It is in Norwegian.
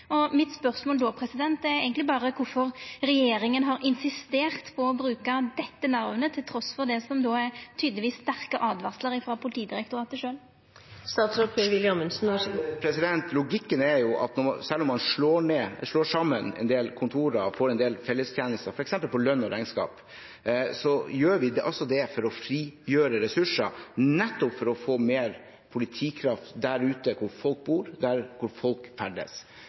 Mitt spørsmål er då eigentleg berre kvifor regjeringa har insistert på å bruka dette namnet trass i det som tydelegvis er sterke åtvaringar frå Politidirektoratet sjølv. Logikken er at når man slår sammen en del kontorer og får en del fellestjenester f.eks. på lønn og regnskap, gjør vi det for å frigjøre ressurser nettopp for å få mer politikraft der ute hvor folk bor, der hvor folk ferdes.